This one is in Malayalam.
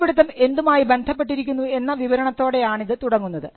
കണ്ടുപിടിത്തം എന്തുമായി ബന്ധപ്പെട്ടിരിക്കുന്നു എന്ന് വിവരണത്തോടെ ആണിത് തുടങ്ങുന്നത്